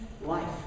life